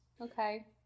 Okay